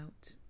Out